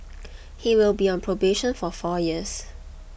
he will be on probation for four years